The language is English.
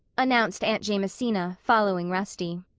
announced aunt jamesina, following rusty.